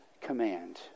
command